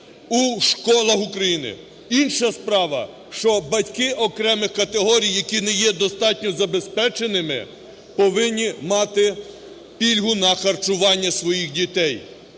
у школах України. Інша справа, що батьки окремих категорій, які не є достатньо забезпеченими, повинні мати пільгу на харчування своїх дітей.